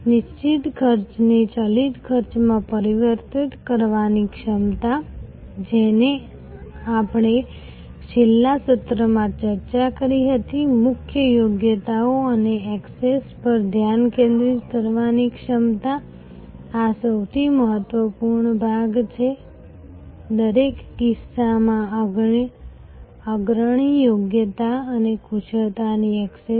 નિશ્ચિત ખર્ચને ચલિત ખર્ચમાં પરિવર્તિત કરવાની ક્ષમતા જેની આપણે છેલ્લા સત્રમાં ચર્ચા કરી હતી મુખ્ય યોગ્યતાઓ અને ઍક્સેસ પર ધ્યાન કેન્દ્રિત કરવાની ક્ષમતા આ સૌથી મહત્વપૂર્ણ ભાગ છે દરેક કિસ્સામાં અગ્રણી યોગ્યતા અને કુશળતાની ઍક્સેસ